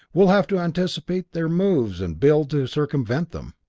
we'll have to anticipate their moves and build to circumvent them.